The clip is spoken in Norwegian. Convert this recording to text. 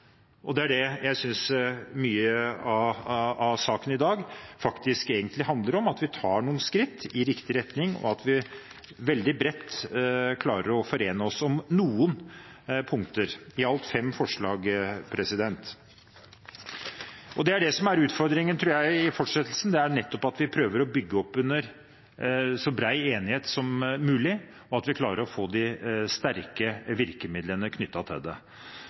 og det er det jeg synes mye av saken i dag faktisk egentlig handler om, at vi tar noen skritt i riktig retning, og at vi veldig bredt klarer å forene oss om noen punkter – i alt fem forslag til vedtak. Utfordringen i fortsettelsen tror jeg nettopp er at vi prøver å bygge opp under så bred enighet som mulig, og at vi klarer å få de sterke virkemidlene knyttet til det.